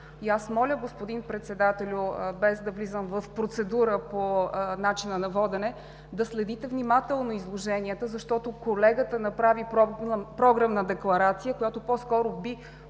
Моля, господин Председателю, без да влизам в процедура по начина на водене, да следите внимателно изложенията, защото колегата направи програмна декларация, която по-скоро би